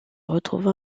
retrouva